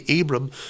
Abram